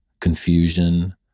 confusion